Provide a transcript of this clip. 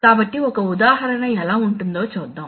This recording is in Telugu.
కాబట్టి ఒక ఉదాహరణ ఎలా ఉంటుందో చూద్దాం